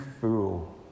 fool